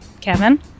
Kevin